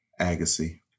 Agassi